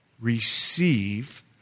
Receive